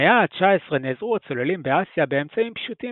במאה ה-19 נעזרו הצוללים באסיה באמצעים פשוטים